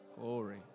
Glory